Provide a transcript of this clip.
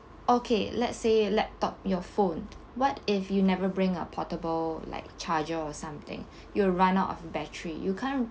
okay let's say laptop your phone what if you never bring a portable like charger or something you run out of battery you can't